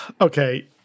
okay